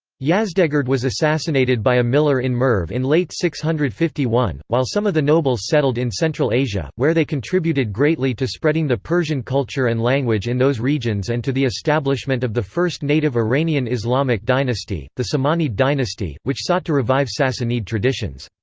yazdegerd was assassinated by a miller in merv in late six hundred and fifty one, while some of the nobles settled in central asia, where they contributed greatly to spreading the persian culture and language in those regions and to the establishment of the first native iranian islamic dynasty, the samanid dynasty, which sought to revive sassanid traditions.